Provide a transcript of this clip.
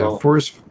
Forest